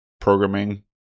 programming